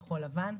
כחול לבן,